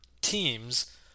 teams